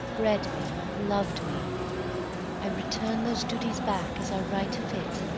bred me, lov'd me i return those duties back as are right fit,